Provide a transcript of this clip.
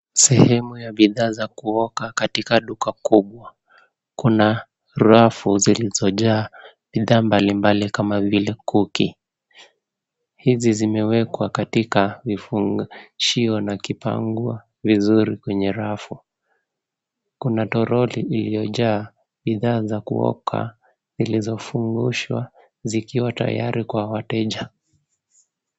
Sehemu ya bidhaa za kuoka katika duka kubwa. Kuna rafu zilizojaa bidhaa mbalibali kama vile Cookie . Hizi zimewekwa katika vifungishio na kupangwa vizuri kwenye rafu. Kuna toroli iliyojaa bidhaa za kuoka zilizofungushwa zikiwa tayari kwa wateja.